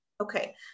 Okay